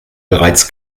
bereits